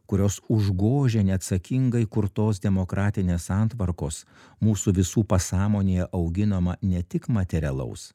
kurios užgožia neatsakingai kurtos demokratinės santvarkos mūsų visų pasąmonėje auginamą ne tik materialaus